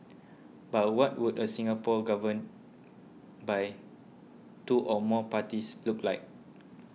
but what would a Singapore governed by two or more parties look like